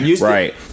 Right